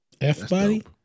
F-Body